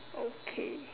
okay